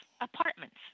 Apartments